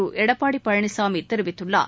திருஎடப்பாடிபழனிசாமிதெரிவித்துள்ளார்